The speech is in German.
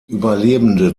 überlebende